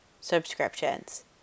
subscriptions